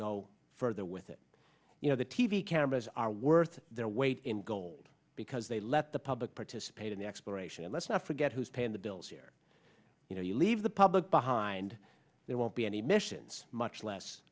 go further with it you know the t v cameras are worth their weight in gold because they let the public participate in the exploration and let's not forget who's paying the bills here you know you leave the public behind there won't be any missions much less